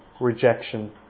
rejection